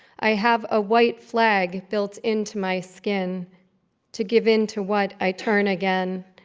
i have a white flag built into my skin to give in to what i turn again